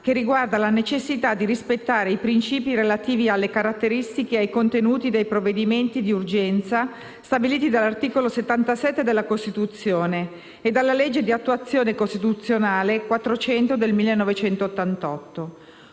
che riguarda la necessità di rispettare i principi relativi alle caratteristiche e ai contenuti dei provvedimenti di urgenza stabiliti dall'articolo 77 della Costituzione e dalla legge d'attuazione costituzionale n. 400 del 1988.